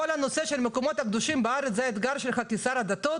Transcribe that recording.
כל הנושא של המקומות הקדושים בארץ זה האתגר שלך כשר הדתות.